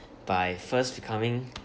by first becoming